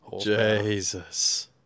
Jesus